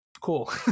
cool